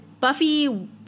Buffy